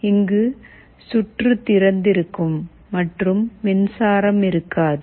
இங்கு சுற்று திறந்திருக்கும் மற்றும் மின்சாரம் இருக்காது